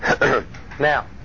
now